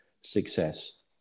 success